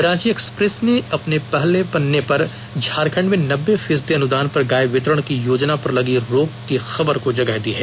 Ranchi Express ने अपने पहले पन्ने पर झारखंड में नब्बे फीसदी अनुदान पर गाय वितरण की योजना पर लगी रोक की खबर को जगह दी है